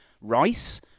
rice